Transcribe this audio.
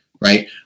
right